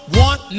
want